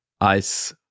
ice